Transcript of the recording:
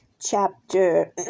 chapter